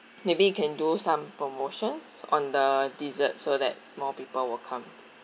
maybe you can do some promotions on the dessert so that more people will come